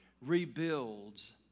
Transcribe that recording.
rebuilds